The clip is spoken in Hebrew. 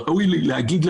ראוי להגיד,